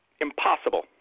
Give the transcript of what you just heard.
impossible